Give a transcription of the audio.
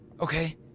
okay